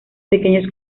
pequeños